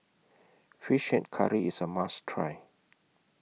Fish Head Curry IS A must Try